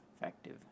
effective